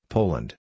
Poland